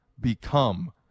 become